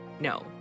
No